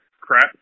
crap